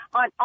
on